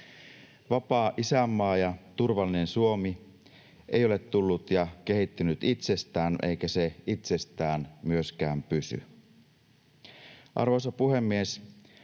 Vapaa isänmaa ja turvallinen Suomi ei ole tullut ja kehittynyt itsestään, eikä se itsestään myöskään pysy. Arvoisa puhemies!